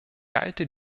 halte